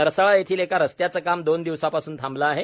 नरसाळा येथील एका रस्त्याचं काम दोन दिवसांपासून थांबलं आहे